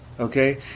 Okay